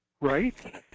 right